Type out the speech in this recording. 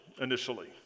initially